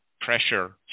pressure